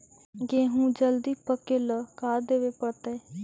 गेहूं जल्दी पके ल का देबे पड़तै?